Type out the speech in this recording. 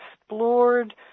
explored